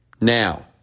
now